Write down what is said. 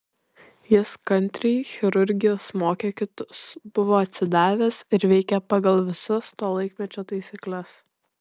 jis kantriai chirurgijos mokė kitus buvo atsidavęs ir veikė pagal visas to laikmečio taisykles